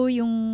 yung